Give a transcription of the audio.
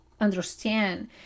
understand